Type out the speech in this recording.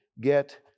get